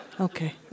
okay